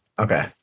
Okay